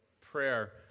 prayer